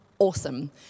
awesome